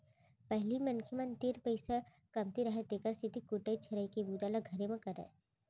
पहिली मनखे मन तीर पइसा कमती रहय तेकर सेती कुटई छरई के बूता ल घरे म करयँ